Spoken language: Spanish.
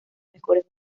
mejores